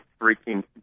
freaking